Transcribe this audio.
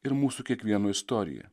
ir mūsų kiekvieno istoriją